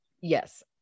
Yes